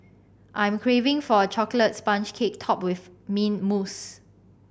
I am craving for a chocolate sponge cake topped with mint mousse